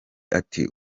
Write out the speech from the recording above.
ati